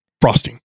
frosting